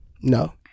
No